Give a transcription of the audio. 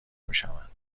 میشوند